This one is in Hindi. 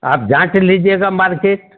आप जांच लीजिएगा मार्केट